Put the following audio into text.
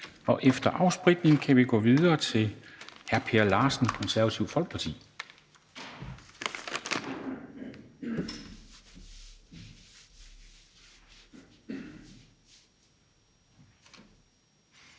Og efter afspritning kan vi gå videre til hr. Per Larsen, Det Konservative Folkeparti.